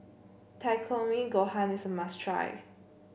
Takikomi Gohan is a must try